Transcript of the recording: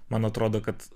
man atrodo kad